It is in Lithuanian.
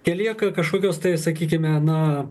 telieka kažkokios tai sakykime na